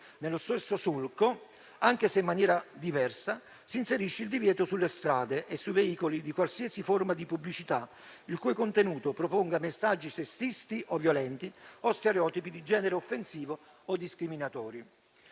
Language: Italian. Nello stesso solco, anche se in maniera diversa, si inserisce il divieto sulle strade e sui veicoli di qualsiasi forma di pubblicità il cui contenuto proponga messaggi sessisti o violenti o stereotipi di genere offensivi o discriminatori.